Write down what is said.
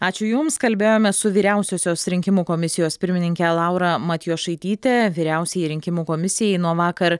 ačiū jums kalbėjome su vyriausiosios rinkimų komisijos pirmininkę laura matjošaityte vyriausiajai rinkimų komisijai nuo vakar